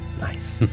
Nice